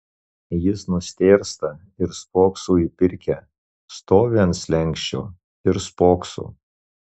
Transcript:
jis nustėrsta ir spokso į pirkią stovi ant slenksčio ir spokso